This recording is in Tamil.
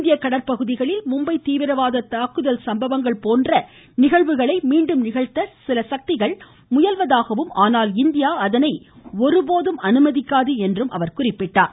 இந்திய கடற்பகுதிகளில் மும்பை தீவிரவாத தாக்குதல் நடவடிக்கைகள் போன்ற சம்பவங்களை மீண்டும் நிகழ்த்த சில சக்திகள் முயல்வதாகவும் ஆனால் இந்தியா அதனை ஒருபோதும் அனுமதிக்காது என்றும் குறிப்பிட்டார்